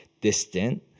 distant